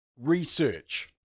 research